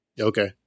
Okay